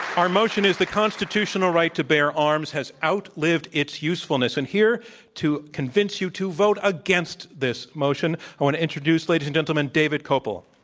our motion is the constitutional right to bear arms has outlived its usefulness. and here to convince you to vote against this motion i want to introduce, ladies and gentlemen, david kopel.